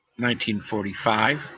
1945